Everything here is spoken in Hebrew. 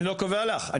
אני לא קובע לך.